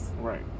right